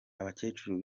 abakecuru